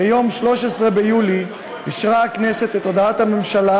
ביום 13 ביולי אישרה הכנסת את הודעת הממשלה